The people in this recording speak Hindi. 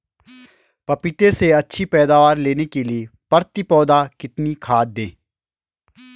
पपीते से अच्छी पैदावार लेने के लिए प्रति पौधा कितनी खाद दें?